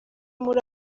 muri